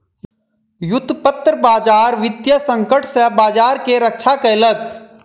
व्युत्पन्न बजार वित्तीय संकट सॅ बजार के रक्षा केलक